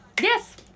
yes